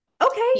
okay